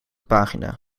pagina